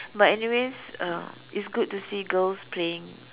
but anyways uh it's good to see girls playing